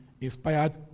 inspired